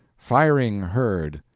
firing heard!